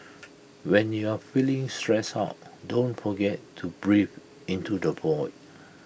when you are feeling stressed out don't forget to breathe into the void